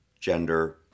gender